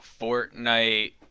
Fortnite